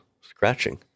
scratching